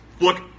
Look